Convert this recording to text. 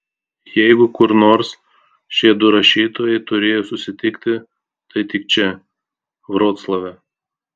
jeigu kur nors šie du rašytojai turėjo susitikti tai tik čia vroclave